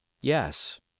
Yes